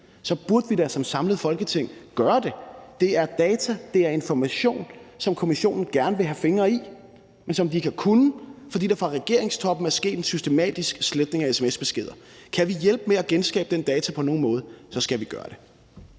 så burde vi da som samlet Folketing gøre det. Det er data, det er information, som kommissionen gerne vil have fingre i, men de har ikke kunnet få det, fordi der fra regeringstoppens side er sket en systematisk sletning af sms-beskeder. Kan vi hjælpe med at genskabe den data på nogen måde, så skal vi gøre det.